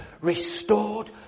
restored